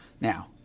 Now